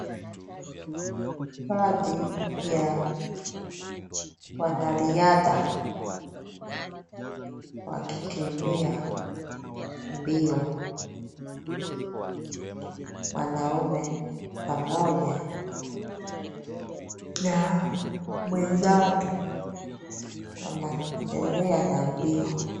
Baadhi ya wanariadha wakikimbia mbio. Mwanaume pamoja na mwenzake wanaendelea na mbio.